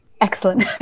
Excellent